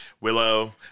Willow